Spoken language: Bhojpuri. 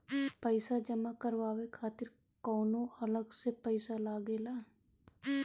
पईसा जमा करवाये खातिर कौनो अलग से पईसा लगेला?